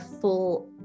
full